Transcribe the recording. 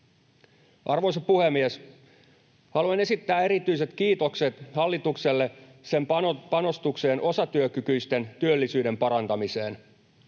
Arvoisa puhemies! Haluan esittää erityiset kiitokset hallitukselle sen panostuksesta osatyökykyisten työllisyyden parantamiseen.